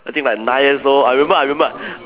I think like nine years old I remember I remember